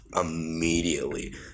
immediately